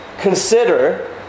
consider